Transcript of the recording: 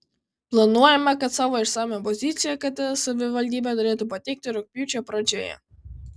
planuojama kad savo išsamią poziciją kt savivaldybė turėtų pateikti rugpjūčio pradžioje